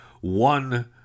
One